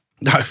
No